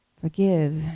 forgive